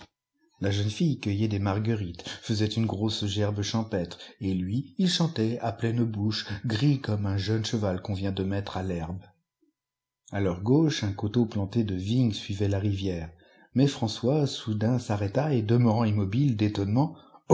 la jeune fille cueillait des marguerites faisait une grosse gerbe champêtre et lui il chantait à pleine bouche gris comme un jeune cheval qu'on vient de mettre à l'herbe a leur gauche un coteau planté de vignes suivait la rivière mais françois soudain s'arrêta et demeurant immobile d'étonnement